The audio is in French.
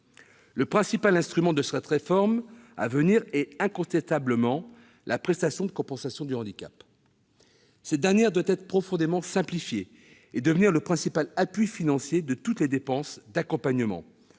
Le principal instrument de cette réforme à venir est incontestablement la prestation de compensation du handicap, la PCH. Cette dernière doit être profondément simplifiée et devenir le principal appui financier de toutes les dépenses d'accompagnement